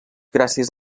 gràcies